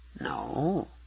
No